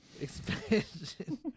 expansion